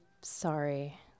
sorry